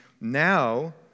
now